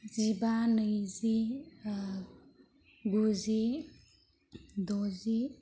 जिबा नैजि गुजि द'जि